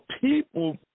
people